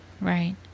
Right